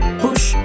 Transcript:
push